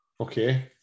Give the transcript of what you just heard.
Okay